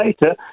later